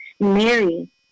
Mary